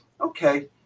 okay